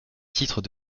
titres